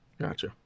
gotcha